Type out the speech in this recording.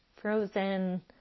frozen